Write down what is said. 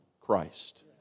Christ